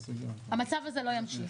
המצב הזה לא ימשיך.